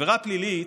עבירה פלילית,